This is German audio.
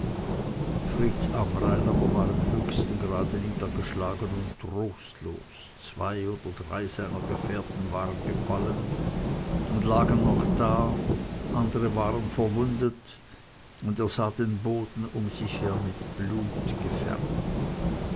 fritz amrain aber war im höchsten grade niedergeschlagen und trostlos zwei oder drei seiner gefährten waren gefallen und lagen noch da andere waren verwundet und er sah den boden um sich her mit blut gefärbt